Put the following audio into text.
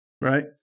right